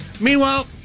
Meanwhile